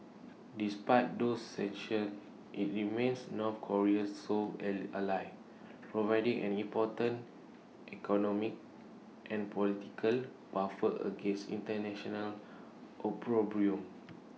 despite those sanctions IT remains north Korea's sole alley ally providing an important economic and political buffer against International opprobrium